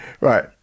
right